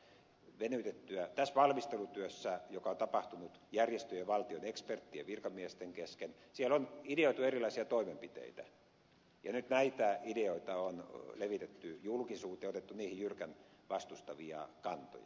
tässä valmistelutyössä joka on tapahtunut järjestöjen ja valtion eksperttien virkamiesten kesken on ideoitu erilaisia toimenpiteitä ja nyt näitä ideoita on levitetty julkisuuteen ja otettu niihin jyrkän vastustavia kantoja